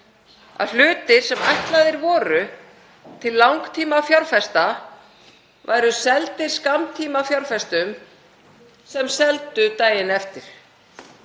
að hlutir sem ætlaðir voru til langtímafjárfesta væru seldir skammtímafjárfestum sem seldu daginn eftir.